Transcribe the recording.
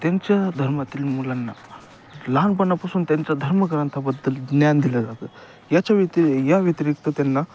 त्यांच्या धर्मातील मुलांना लहानपणापासून त्यांचा धर्मग्रंथाबद्दल ज्ञान दिलं जातं याच्या व्यतिरिक या व्यतिरिक्त त्यांना